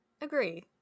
agree